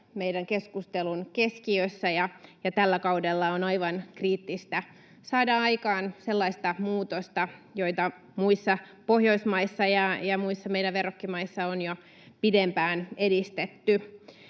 meidän keskustelun keskiössä, ja tällä kaudella on aivan kriittistä saada aikaan sellaista muutosta, jota muissa Pohjoismaissa ja muissa meidän verrokkimaissa on jo pidempään edistetty.